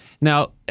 Now